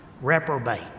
reprobate